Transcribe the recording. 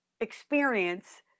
experience